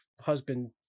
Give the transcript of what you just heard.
husband